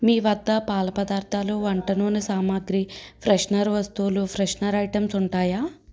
మీ వద్ద పాల పదార్థాలు వంటనూనె సామాగ్రి ఫ్రెషనర్ వస్తువులు ఫ్రెషనర్ ఐటమ్స్ ఉంటాయా